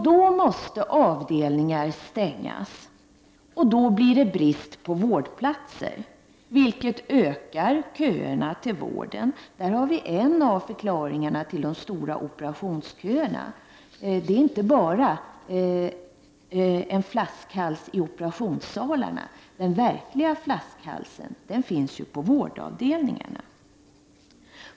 Då måste avdelningar stängas, och då blir det brist på vårdplatser, vilket förlänger köerna till vården. Där har vi en av förklaringarna till de långa operationsköerna. Det är inte bara operationssalarna som utgör en flaskhals, utan den verkliga flaskhalsen är ju vårdavdelningarna.